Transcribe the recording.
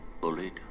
bullied